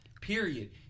Period